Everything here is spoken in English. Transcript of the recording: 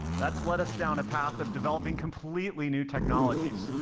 that's led us down a path of developing completely new technologies,